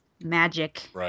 magic